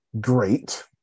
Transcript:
Great